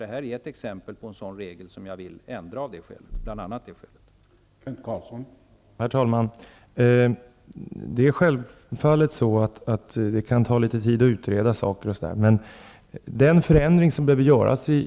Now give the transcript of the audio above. Det här är bara ett exempel på en sådan regel som jag bl.a. av det skälet vill se en förändring av.